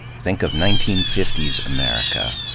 think of nineteen fifty s america,